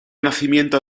nacimiento